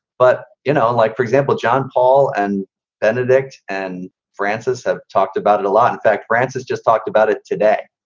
but, you know, and like, for example, john paul and benedict and francis have talked about it a lot. in fact, francis just talked about it today.